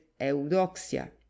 eudoxia